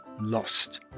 lost